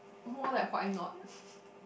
more than Huai not